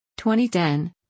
2010